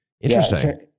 interesting